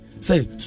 say